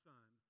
Son